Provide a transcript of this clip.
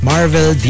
Marvel